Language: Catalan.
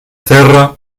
terra